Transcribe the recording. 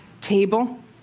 table